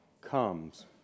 comes